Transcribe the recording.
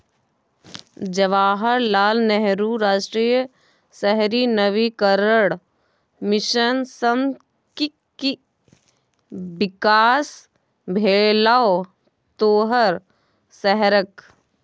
जवाहर लाल नेहरू राष्ट्रीय शहरी नवीकरण मिशन सँ कि कि बिकास भेलौ तोहर शहरक?